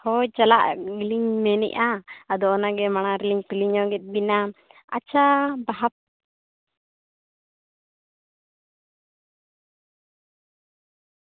ᱦᱳᱭ ᱪᱟᱞᱟᱜ ᱞᱤᱧ ᱢᱮᱱᱮᱫᱼᱟ ᱟᱫᱚ ᱚᱱᱟ ᱜᱮ ᱢᱟᱬᱟᱝ ᱨᱮᱞᱤᱧ ᱠᱩᱞᱤ ᱧᱚᱜᱮᱫ ᱵᱤᱱᱟ ᱟᱪᱪᱷᱟ ᱵᱟᱦᱟ